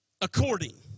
according